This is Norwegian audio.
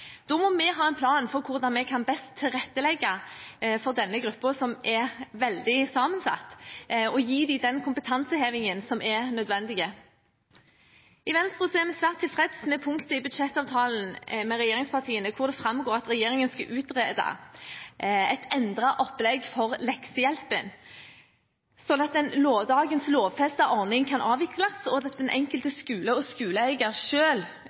Da må vi ha en plan for hvordan vi best kan tilrettelegge for at denne gruppen, som er veldig sammensatt, får den kompetansehevingen som er nødvendig. I Venstre er vi svært tilfreds med det punktet i budsjettavtalen med regjeringspartiene hvor det framgår at regjeringen skal utrede et endret opplegg for leksehjelpen, slik at dagens lovfestede ordning kan avvikles og den enkelte skole eller skoleeier selv kan organisere leksehjelpen etter de behovene de har. Vi ser fram til at